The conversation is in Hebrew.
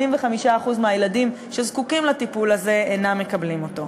85% מהילדים שזקוקים לטיפול הזה אינם מקבלים אותו.